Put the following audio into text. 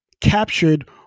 captured